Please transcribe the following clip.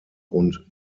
und